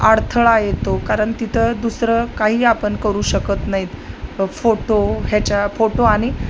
अडथळा येतो कारण तिथं दुसरं काही आपण करू शकत नाहीत फोटो ह्याच्या फोटो आणि